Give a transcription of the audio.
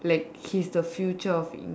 like he is the future of